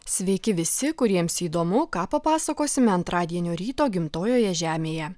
sveiki visi kuriems įdomu ką papasakosime antradienio ryto gimtojoje žemėje